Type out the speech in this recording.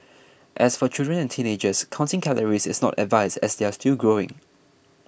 as for children and teenagers counting calories is not advised as they are still growing